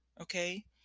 Okay